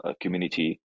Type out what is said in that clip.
community